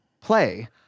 play